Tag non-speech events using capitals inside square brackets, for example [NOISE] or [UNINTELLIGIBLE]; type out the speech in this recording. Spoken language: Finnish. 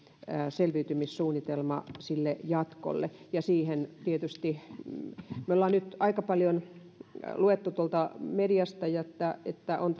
selviytymissuunnitelma jatkolle tietysti ollaan nyt aika paljon luettu tuolta mediasta että on [UNINTELLIGIBLE]